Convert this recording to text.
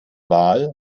wahl